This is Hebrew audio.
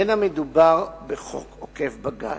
אין מדובר בחוק עוקף-בג"ץ,